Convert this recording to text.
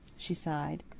she sighed.